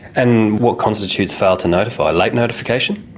and what constitutes failure to notify? late notification?